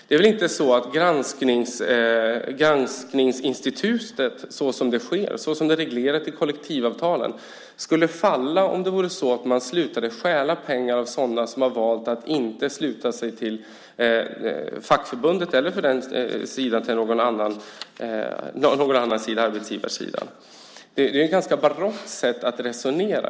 Det är väl inte så att granskningsinstitutet, såsom det används och såsom det är reglerat i kollektivavtalen, skulle falla om det vore så att man slutade stjäla pengar från sådana som har valt att inte ansluta sig till fackförbundet eller till någon annan sida, till exempel arbetsgivarsidan. Det är ett ganska barockt sätt att resonera.